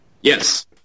Yes